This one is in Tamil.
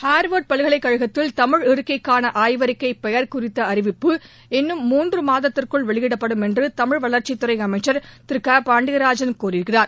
ஹார்வா்ட் பல்கலைக் கழகத்தில் தமிழ் இருக்கைக்கான ஆய்வறிக்கை பெயர் குறித்த அறிவிப்பு இன்னும் மூன்று மாதத்திற்குள் வெளியிடப்படும் என்று தமிழ் வளர்ச்சித் துறை அமைச்சர் திரு க பாண்டியராஜன் கூறியிருக்கிறார்